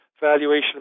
valuation